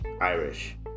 irish